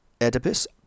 Oedipus